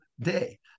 day